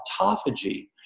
autophagy